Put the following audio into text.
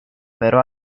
però